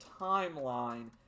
timeline